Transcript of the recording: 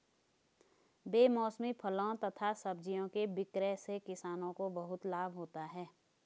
बेमौसमी फलों तथा सब्जियों के विक्रय से किसानों को बहुत लाभ होता है